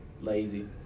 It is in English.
lazy